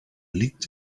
liegt